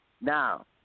Now